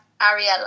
Ariella